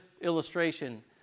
illustration